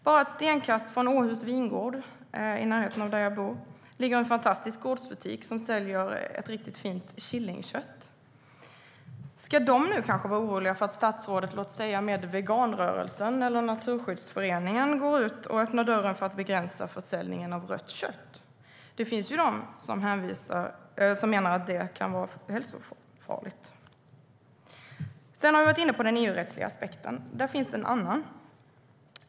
Bara ett stenkast från Åhus vingård i närheten av där jag bor ligger en fantastisk gårdsbutik som säljer ett riktigt fint killingkött. Ska de nu kanske vara oroliga för att statsrådet låt säga med veganrörelsen eller Naturskyddsföreningen går ut och öppnar dörren för att begränsa försäljningen av rött kött? Det finns ju de som menar att det kan vara hälsofarligt. Sedan har vi varit inne på den EU-rättsliga aspekten. Det finns en annan aspekt.